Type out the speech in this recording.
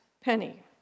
penny